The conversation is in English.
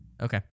Okay